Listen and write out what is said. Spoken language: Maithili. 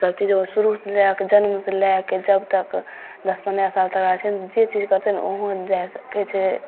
सभचीज ओ शुरूसँ लए कऽ जन्मसँ लए कऽ जब तक दस पन्द्रह साल तक छै ने जे चीज करतय ने ओहो जा सकय छै